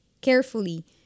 carefully